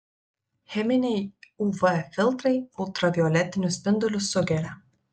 cheminiai uv filtrai ultravioletinius spindulius sugeria